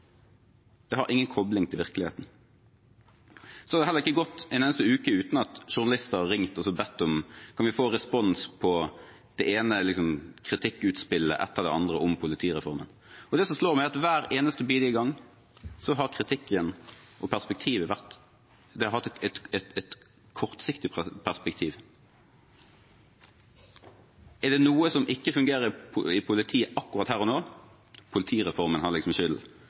Det har ingen kopling til virkeligheten. Det har heller ikke gått en eneste uke uten at journalister har ringt og bedt om å få respons på det ene kritikkutspillet etter det andre om politireformen. Det som slår meg, er at hver bidige gang har kritikken hatt et kortsiktig perspektiv. Er det noe som ikke fungerer i politiet akkurat her og nå, har liksom politireformen